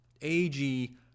AG